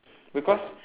because